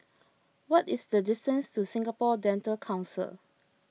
what is the distance to Singapore Dental Council